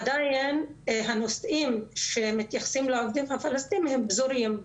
עדיין הנושאים שמתייחסים לעובדים הפלסטינים הם פזורים,